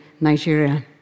Nigeria